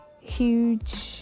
huge